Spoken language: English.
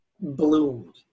bloomed